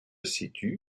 situe